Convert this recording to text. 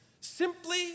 simply